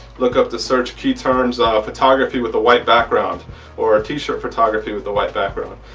look up the search key terms ah photography with a white background or a t-shirt photography with the white background.